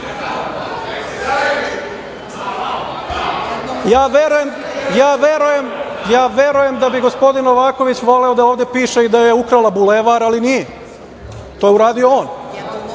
Ja verujem da bi gospodin Novaković voleo da ovde piše i da je ukrala Bulevar, ali nije. To je uradio on.